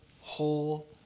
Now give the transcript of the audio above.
whole